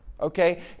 Okay